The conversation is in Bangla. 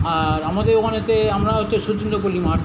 আর আমাদের ওখানেতে আমরা হচ্ছে শচীন্দ্রপল্লি মাঠ